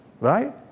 right